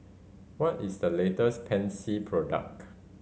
what is the latest Pansy product